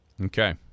Okay